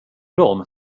dem